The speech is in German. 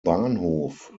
bahnhof